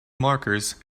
markers